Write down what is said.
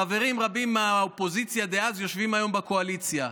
חברים רבים מהאופוזיציה דאז יושבים היום בקואליציה.